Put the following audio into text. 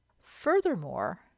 Furthermore